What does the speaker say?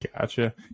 Gotcha